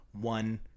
one